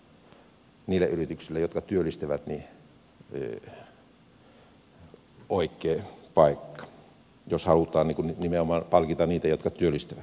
se ei kyllä ole niille yrityksille jotka työllistävät oikea paikka jos halutaan nimenomaan palkita niitä jotka työllistävät